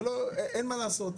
אין מה לעשות,